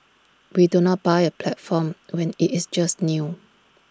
we do not buy A platform when IT is just new